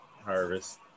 Harvest